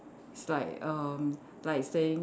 it's like erm like saying